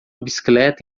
bicicleta